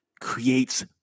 creates